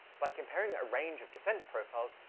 by comparing a range of descent profiles,